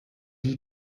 you